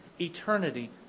eternity